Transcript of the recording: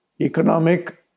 economic